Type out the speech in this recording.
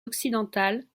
occidentales